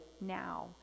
now